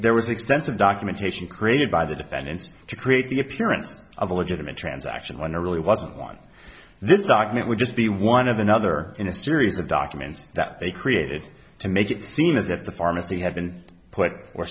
there was extensive documentation created by the defendants to create the appearance of a legitimate transaction when there really wasn't one this document would just be one of the other in a series of documents that they created to make it seem as if the pharmacy had been put or